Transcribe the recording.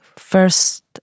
first